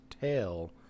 tail